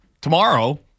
tomorrow